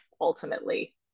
ultimately